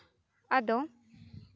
ᱟᱫᱚ